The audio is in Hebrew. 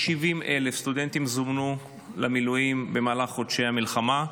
70,000 סטודנטים זומנו למילואים במהלך חודשי המלחמה,